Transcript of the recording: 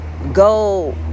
Go